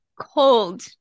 cold